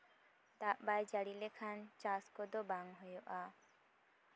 ᱫᱟᱜ ᱵᱟᱭ ᱡᱟᱹᱲᱤ ᱞᱮᱠᱷᱟᱱ ᱪᱟᱥ ᱠᱚᱫᱚ ᱵᱟᱭ ᱦᱩᱭᱩᱜᱼᱟ